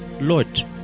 Lord